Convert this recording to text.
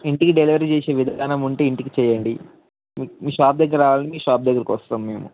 ఇంటికి డెలివరీ చేసే విధానం ఉంటే ఇంటికి చేయండి మీకు మీ షాప్ దగ్గర రావాలంటే మీ షాప్ దగ్గరికి వస్తాం మేము